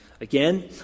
again